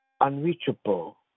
unreachable